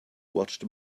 watched